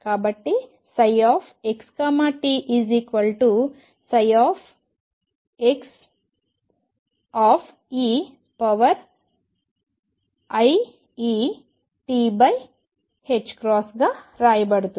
కాబట్టి ψxt ψ e iEt గా రాయబడుతుంది